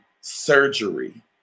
surgery